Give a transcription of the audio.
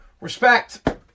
respect